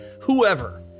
whoever